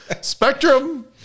Spectrum